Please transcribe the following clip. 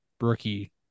rookie